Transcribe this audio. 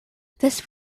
this